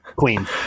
queen